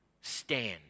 stand